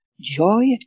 joy